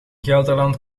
gelderland